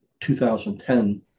2010